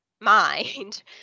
mind